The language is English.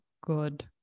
good